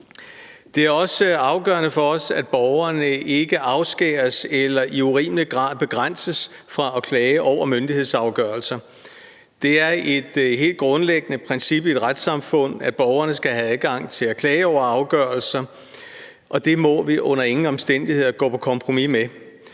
Det er også afgørende for os, at borgerne ikke afskæres eller i urimelig grad begrænses fra at klage over myndighedsafgørelser. Det er et helt grundlæggende princip i et retssamfund, at borgerne skal have adgang til at klage over afgørelser, og det må vi under ingen omstændigheder gå på kompromis med.